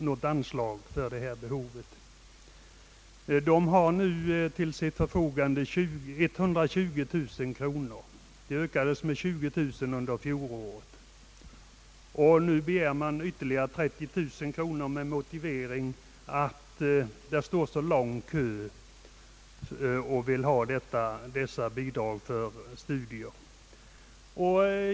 Styrelsen har nu 120 000 kronor till sitt förfogande på denna punkt; beloppet ökades med 20000 kronor i fjol. Motiveringen när man nu begär ytterligare 30 000 kronor är att det finns en lång kö av sökande som önskar bidrag för studier.